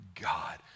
God